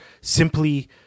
simply